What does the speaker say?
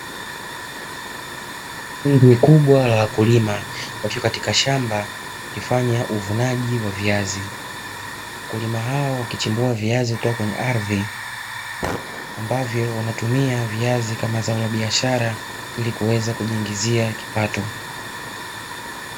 Kundi kubwa la wakulima wakiwa katika shamba wakifanya uvunaji wa viazi, wakulima hao wakichimbua viazi kutoka kwenye ardhi ambavyo wanatumia viazi kama zao la biashara, ili kuweza kujipatia kipato.